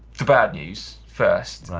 the bad news first.